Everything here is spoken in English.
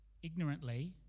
ignorantly